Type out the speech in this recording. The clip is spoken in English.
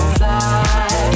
fly